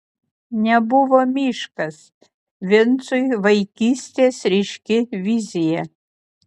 nebuvo miškas vincui vaikystės ryški vizija